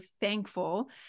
thankful